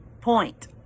point